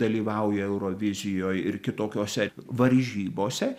dalyvauji eurovizijoj ir kitokiose varžybose